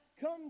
come